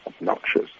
obnoxious